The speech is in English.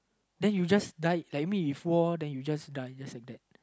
then you just died like me before then you just die just like that